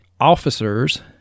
Officers